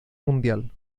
mundial